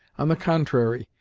on the contrary,